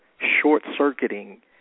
short-circuiting